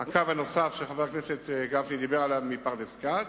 הקו שחבר הכנסת גפני דיבר עליו מפרדס-כץ.